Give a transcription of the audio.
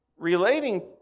Relating